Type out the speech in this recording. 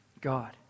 God